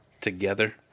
Together